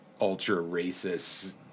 ultra-racist